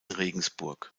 regensburg